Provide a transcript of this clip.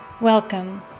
Welcome